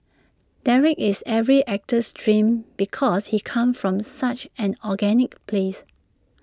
Derek is every actor's dream because he comes from such an organic place